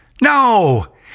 No